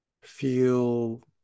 feel